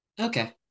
Okay